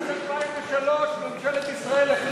בשנת 2003 ממשלת ישראל החליטה,